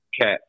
cat